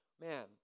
man